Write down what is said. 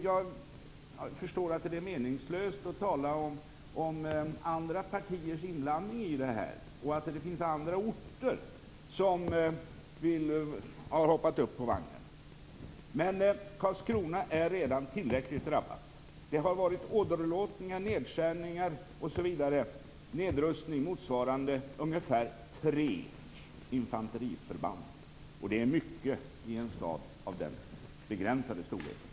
Jag förstår att det är meningslöst att tala om andra partiers inblandning i det här och att det finns andra orter som har hoppat upp på vagnen. Men Karlskrona är redan tillräckligt drabbat. Det har varit åderlåtningar, nedskärningar och nedrustning motsvarande ungefär tre infanteriförband. Det är mycket i en stad av den begränsade storleken.